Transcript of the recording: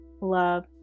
love